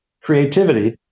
creativity